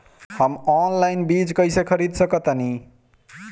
हम ऑनलाइन बीज कईसे खरीद सकतानी?